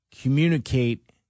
communicate